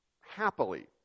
Happily